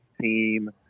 team